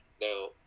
Now